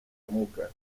amugana